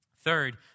Third